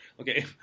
okay